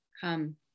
Come